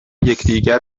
یکدیگر